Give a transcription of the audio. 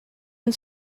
and